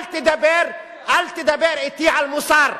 אל תדבר אתי על מוסר.